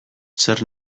zer